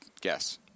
guess